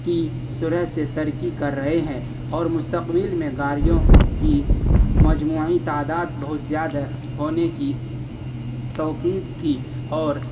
کی شرح سے ترقی کر رہے ہیں اور مستقبل میں گاڑیوں کی مجموعی تعداد بہت زیادہ ہونے کی توکید تھی اور